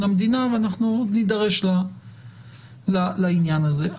המדינה ואנחנו עוד נידרש לעניין הזה.